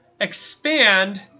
expand